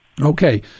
okay